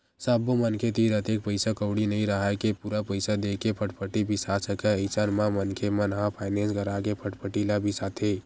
सब्बो मनखे तीर अतेक पइसा कउड़ी नइ राहय के पूरा पइसा देके फटफटी बिसा सकय अइसन म मनखे मन ह फायनेंस करा के फटफटी ल बिसाथे